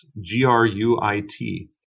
G-R-U-I-T